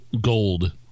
gold